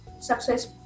success